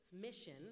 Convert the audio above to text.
mission